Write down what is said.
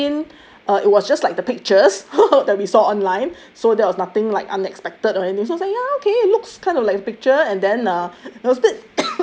ya the room was clean uh it was just like the pictures that we saw online so there was nothing like unexpected or anything so okay it looks kind of like picture and then uh